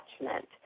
attachment